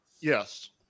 yes